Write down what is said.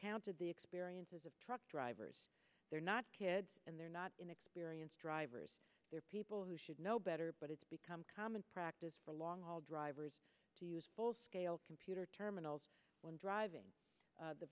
counted the experiences of truck drivers they're not kids and they're not inexperienced drivers they're people who should know better but it's become common practice for long haul drivers to use full scale computer terminals when driving